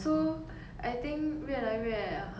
it's either that or pandemic orh